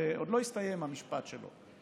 לא הסתיים המשפט שלו.